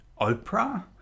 Oprah